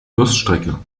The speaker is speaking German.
durststrecke